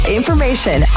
information